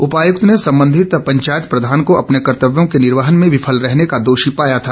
उपायुक्त ने संबंधित पंचायत प्रधान को अपने कर्तव्यों के निर्वाहन में विफल रहने का दोषी पाया था